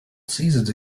seasons